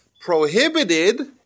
prohibited